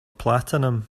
platinum